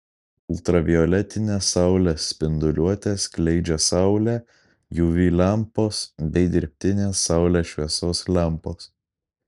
ultravioletinę saulės spinduliuotę skleidžia saulė uv lempos bei dirbtinės saulės šviesos lempos